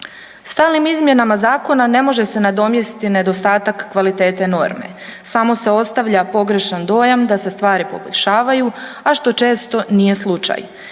Stalnim izmjenama zakona ne može se nadomjestiti nedostatak kvalitete norme, samo se ostavlja pogrešan dojam da se stvari poboljšavaju, a što često nije slučaj.